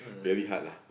very hard lah